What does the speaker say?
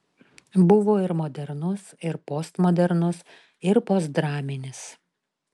buvo ir modernus ir postmodernus ir postdraminis